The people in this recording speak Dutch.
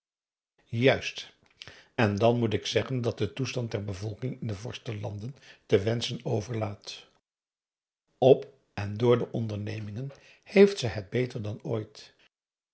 juist en dan moet ik zeggen dat de toestand der bevolking in de vorstenlanden te wenschen overlaat op en door de ondernemingen heeft ze het beter dan ooit